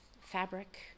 fabric